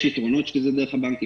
יש יתרונות שזה דרך הבנקים.